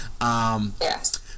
Yes